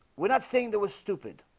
we're not saying that was stupid.